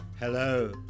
Hello